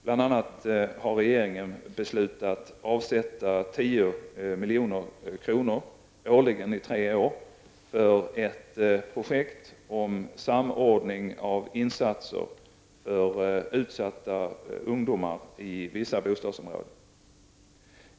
Regeringen har bl.a. beslutat avsätta 10 milj.kr. årligen i tre år för ett projekt om samordning av insatser för utsatta ungdomar i vissa bostadsområden.